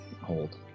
hold